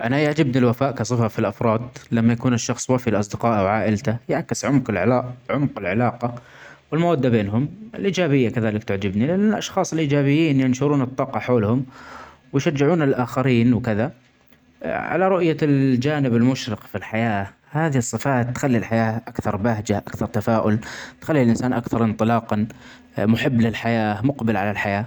انا يعجبني الوفاء كصفه في الافراد لما يكون الشخص وفي لاصدقائه وعائلته يعكس عمق العلا_ عمق العلاقه والموده بينهم. الايجابيه كذلك تعجبني ,لان الاشخاص الايجابين ينشرون الطاقه حولهم, ويشجعون الاخرين وكذا علي رؤية الجانب المشرق في الحياه .هادي الصفات تخلي الحياه اكثر بهجه ,اكثر تفاؤل ,تخلي الانسان اكثر انطلاقا ,محب للحياه ,مقبل علي الحياه.